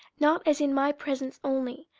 not as in my presence only,